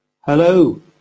Hello